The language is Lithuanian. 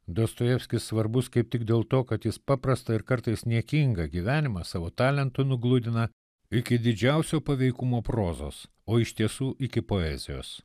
dostojevskis svarbus kaip tik dėl to kad jis paprastą ir kartais niekingą gyvenimą savo talentu nugludina iki didžiausio paveikumo prozos o iš tiesų iki poezijos